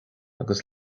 agus